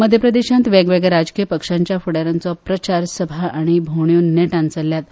मध्य प्रदेशांत वेगवेगळ्या राजकी पक्षांच्या फुडाऱ्यांच्यो प्रचार सभा आनी भोंवड्यो नेटान चल्ल्यात